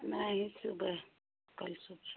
नहीं सुबह कल सुबह